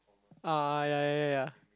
ah ya ya ya ya